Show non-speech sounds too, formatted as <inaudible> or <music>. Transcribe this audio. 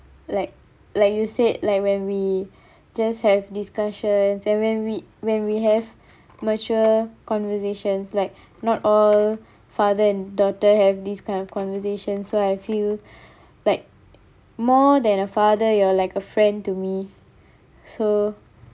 like like you said like when we just have discussions and when we when we have mature conversations like not all father and daughter have this kind of conversation so I feel <breath> like more than a father you are like a friend to me so